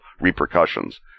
repercussions